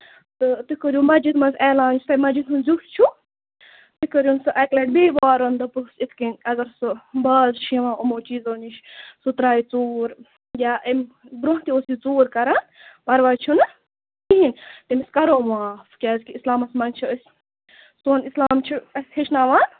تہٕ تُہۍ کٔرِو مَسجِد منٛز علان یُس تۄہہِ مَسجِد ہُنٛد زیُٹھ چھُو تُہۍ کٔرۍہوٗن سُہ اَکہِ لَٹہِ بیٚیہِ وارٕن دٔپہوٗس یِتھٕ کٔنۍ اَگر سُہ باز چھُ یِوان یِمو چیٖزو نِش سُہ ترٛاوِ ژوٗر یا اَمہِ برٛونٛہہ تہِ اوس یہِ ژوٗر کران پَرواے چھُنہٕ کِہیٖنٛۍ تٔمِس کرو معاف کیٛازِ کہِ اِسلامَس منٛز چھِ أسۍ سوٚن اِسلام چھُ اَسہِ ہیٚچھناوان